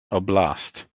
oblast